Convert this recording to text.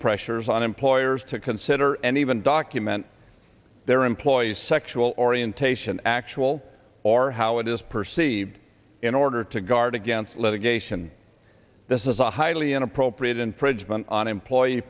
pressures on employers to consider and even document their employee's sexual orientation actual or how it is perceived in order to guard against litigation this is a highly inappropriate infringement on employee